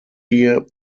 here